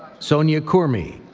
sonia khurmi,